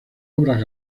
obras